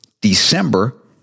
December